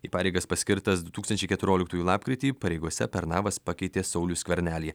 į pareigas paskirtas du tūkstančiai keturioliktųjų lapkritį pareigose pernavas pakeitė saulių skvernelį